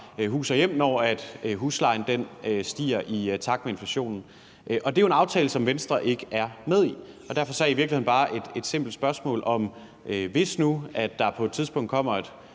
hus og hjem, når huslejen stiger i takt med inflationen. Det er jo en aftale, som Venstre ikke er med i, og derfor har jeg i virkeligheden bare et simpelt spørgsmål: Hvis nu der på et tidspunkt kommer et